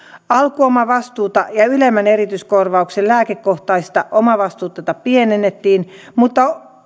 alkuomavastuuta ja ylemmän erityiskorvauksen lääkekohtaista omavastuuta pienennettiin mutta